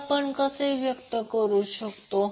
हे आपण कसे व्यक्त करु शकतो